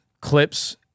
clips